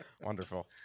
Wonderful